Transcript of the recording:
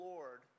Lord